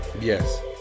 yes